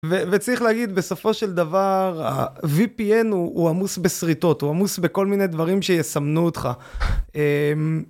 וצריך להגיד, בסופו של דבר, VPN הוא עמוס בסריטות, הוא עמוס בכל מיני דברים שיסמנו אותך.